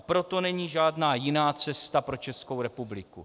Proto není žádná jiná cesta pro Českou republiku.